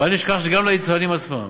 בל נשכח שגם ליצואנים עצמם